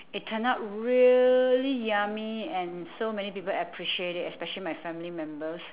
it turn out really yummy and so many people appreciate it especially my family members